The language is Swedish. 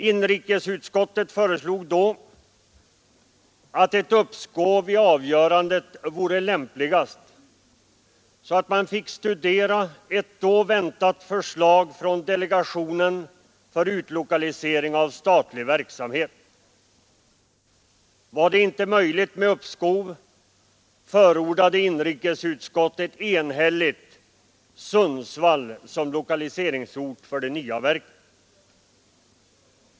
Inrikesutskottet föreslog då ett uppskov med avgörandet så att man fick studera ett då väntat förslag från delegationen för utlokalisering av statlig verksamhet. Var det inte möjligt med uppskov, förordade inrikesutskottet enhälligt Sundsvall som lokaliseringsort för det nya verket.